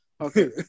okay